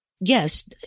Yes